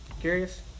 Curious